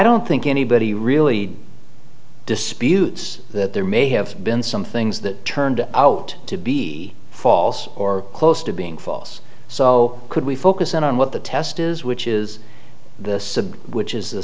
don't think anybody really disputes that there may have been some things that turned out to be false or close to being false so could we focus on what the test is which is